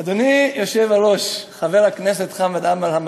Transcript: אדוני היושב-ראש, חבר הכנסת חמד עמאר המתוק,